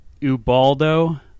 Ubaldo